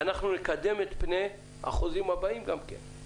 ואנחנו נקדם את פני החוזים הבאים גם כן.